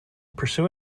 pursue